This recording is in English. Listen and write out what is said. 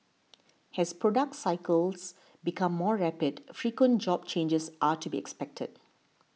as product cycles become more rapid frequent job changes are to be expected